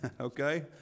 okay